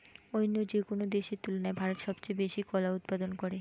অইন্য যেকোনো দেশের তুলনায় ভারত সবচেয়ে বেশি কলা উৎপাদন করে